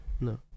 No